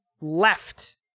left